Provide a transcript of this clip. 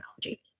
technology